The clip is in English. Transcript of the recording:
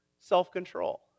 self-control